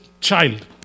child